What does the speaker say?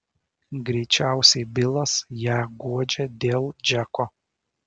greičiausiai bilas ją guodžia dėl džeko